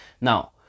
Now